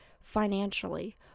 financially